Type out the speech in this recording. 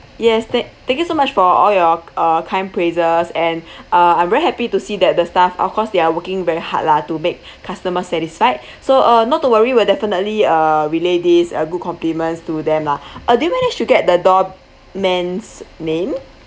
yes thank thank you so much for all your uh kind praises and uh I'm very happy to see that the staff of course they are working very hard lah to make customer satisfied so uh not to worry we'll definitely uh relay these uh good compliments to them lah uh do you manage to get the doorman's name